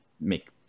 make